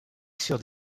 sur